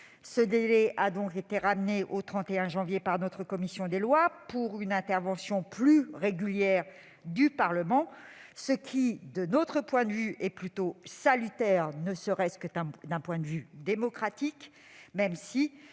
Ce délai a été ramené au 31 janvier par notre commission des lois, afin de permettre une intervention plus régulière du Parlement, ce qui à nos yeux est plutôt salutaire, ne serait-ce que d'un point de vue démocratique. Nous